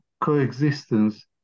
coexistence